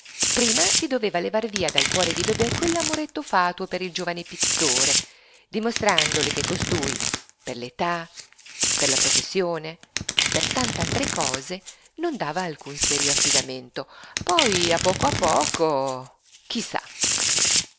prima si doveva levar via dal cuore di bebè quell'amoretto fatuo per il giovine pittore dimostrandole che costui per l'età per la professione per tant'altre cose non dava alcun serio affidamento poi a poco a poco chi